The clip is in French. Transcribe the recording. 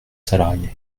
salariés